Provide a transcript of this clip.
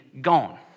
gone